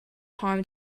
harm